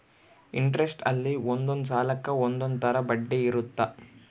interest ಅಲ್ಲಿ ಒಂದೊಂದ್ ಸಾಲಕ್ಕ ಒಂದೊಂದ್ ತರ ಬಡ್ಡಿ ಇರುತ್ತ